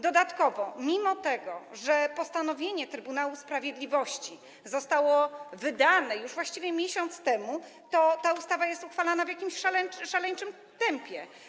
Dodatkowo, mimo że postanowienie Trybunału Sprawiedliwości zostało wydane już właściwie miesiąc temu, ta ustawa jest uchwalana w jakimś szaleńczym tempie.